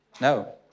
No